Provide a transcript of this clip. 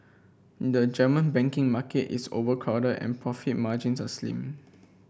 the German banking market is overcrowded and profit margins are slim